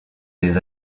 des